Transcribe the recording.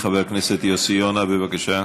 חבר הכנסת יוסי יונה, בבקשה.